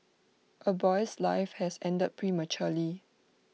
A boy's life has ended prematurely